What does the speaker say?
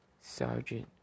Sergeant